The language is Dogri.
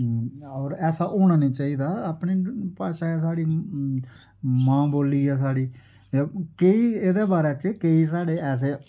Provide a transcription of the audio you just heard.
और ऐसा होना नेई चाहिदा अपनी भाशा ऐ साढ़ी मां बोल्ली ऐ साढ़ी जां केई एहदे बारे च केई साढ़े ऐसे